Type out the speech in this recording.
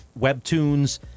Webtoons